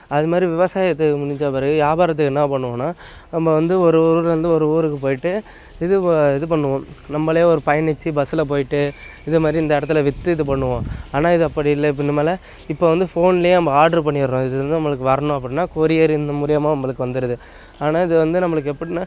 அது மாதிரி விவசாயத்தை முடிச்சப் பிறகு வியாபாரத்துக்கு என்ன பண்ணுவோன்னா நம்ம வந்து ஒரு ஊர்லேர்ந்து ஒரு ஊருக்கு போயிட்டு இது ப இது பண்ணுவோம் நம்மளே ஒரு பயணிச்சு பஸ்ஸில் போயிட்டு இது மாதிரி இந்த இடத்துல விற்று இது பண்ணுவோம் ஆனால் இது அப்படி இல்லை இப்போ இனிமேல் இப்போ வந்து ஃபோன்லையே நம்ப ஆர்ட்ரு பண்ணிடுறோம் இது வந்து நம்மளுக்கு வரணும் அப்படின்னா கொரியர் இந்த மூலியமாக நம்பளுக்கு வந்துருது ஆனால் இது வந்து நம்மளுக்கு எப்புடின்னா